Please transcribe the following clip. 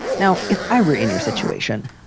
now, if i were in your situation,